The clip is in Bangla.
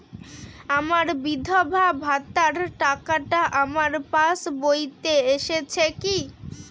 আমার বিধবা ভাতার টাকাটা আমার পাসবইতে এসেছে কি?